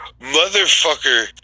motherfucker